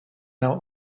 now